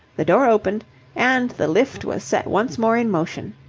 the door opened and the lift was set once more in motion.